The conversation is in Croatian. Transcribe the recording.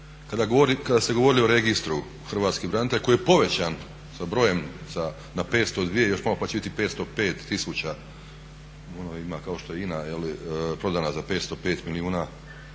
kada ste govorili o registru hrvatskih branitelja koji je povećan sa brojem na 502, još malo pa će biti 505 tisuća, ono ima kao što je INA prodana za 505 milijuna